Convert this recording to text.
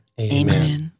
Amen